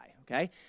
okay